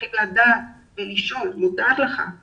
צריכים לדעת איזה אוכל מותר או